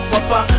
Papa